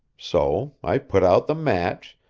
so i put out the match,